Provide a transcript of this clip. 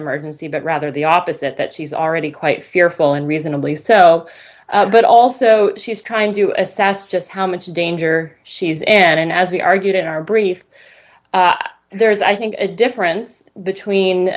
emergency but rather the opposite that she's already quite fearful and reasonably so but also she's trying to assess just how much danger she's and as we argued in our brief there is i think a difference between